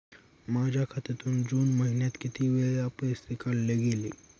माझ्या खात्यातून जून महिन्यात किती वेळा पैसे काढले गेले?